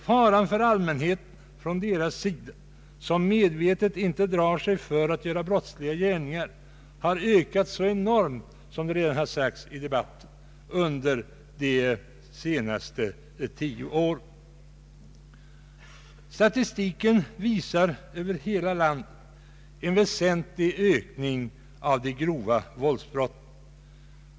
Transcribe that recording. Faran för allmänheten från dem som inte drar sig för att utföra brottsliga gärningar har ökat enormt under de senaste tio åren, vilket redan har påtalats i debatten. Statistiken visar över hela landet en väsentlig ökning av de grova våldsbrotten.